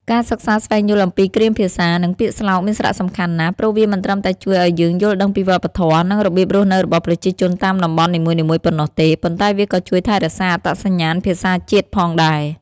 ការសិក្សាស្វែងយល់អំពីគ្រាមភាសា និងពាក្យស្លោកមានសារៈសំខាន់ណាស់ ព្រោះវាមិនត្រឹមតែជួយឲ្យយើងយល់ដឹងពីវប្បធម៌ និងរបៀបរស់នៅរបស់ប្រជាជនតាមតំបន់នីមួយៗប៉ុណ្ណោះទេ ប៉ុន្តែវាក៏ជួយថែរក្សាអត្តសញ្ញាណភាសាជាតិផងដែរ។